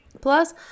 Plus